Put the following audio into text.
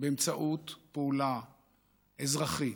באמצעות פעולה אזרחית,